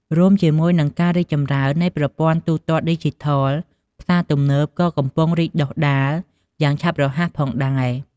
រួមជាមួយនឹងការរីកចម្រើននៃប្រព័ន្ធទូទាត់ឌីជីថល ផ្សារទំនើបក៏កំពុងរីកដុះដាលយ៉ាងឆាប់រហ័សផងដែរ។